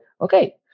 okay